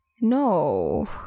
no